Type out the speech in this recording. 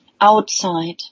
outside